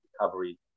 recovery